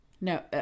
No